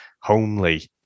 homely